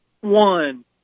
One